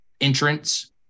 entrance